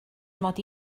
mod